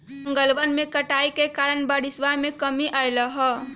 जंगलवन के कटाई के कारण बारिशवा में कमी अयलय है